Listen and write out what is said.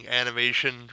animation